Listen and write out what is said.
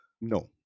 No